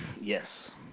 Yes